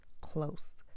close